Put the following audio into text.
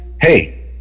hey